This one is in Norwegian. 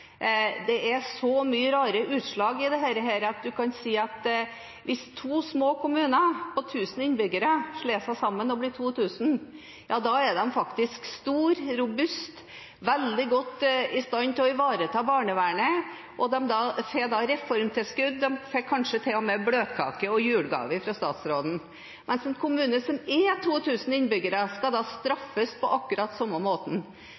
Det er så mange rare utslag i dette. Man kan si at hvis to små kommuner med 1 000 innbyggere slår seg sammen og blir 2 000, er de faktisk store, robuste og veldig godt i stand til å ivareta barnevernet. De får reformtilskudd og kanskje til og med bløtkake og julegave fra statsråden. Men en kommune som har 1 000 innbyggere, skal da straffes på akkurat samme